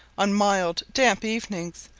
on mild damp evenings,